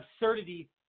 absurdity